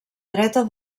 dreta